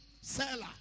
seller